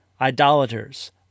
idolaters